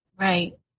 Right